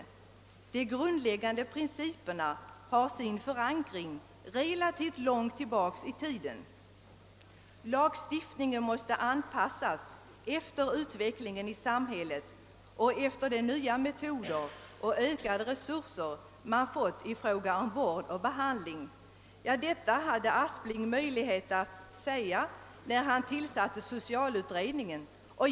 De grundläggande principerna har sin förankring relativt långt tillbaka i tiden. Lagstiftningen måste anpassas efter utvecklingen i samhället och efter de nya metoder och ökade resurser man fått i fråga om vård och behandling m.m.> Statsrådet Aspling hade möjlighet att säga detta, när han tillsatte socialutredningen.